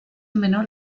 menor